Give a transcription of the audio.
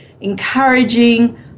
encouraging